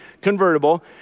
convertible